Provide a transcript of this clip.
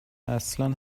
اصلن